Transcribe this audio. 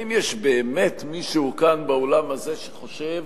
האם יש באמת מישהו כאן באולם הזה שחושב,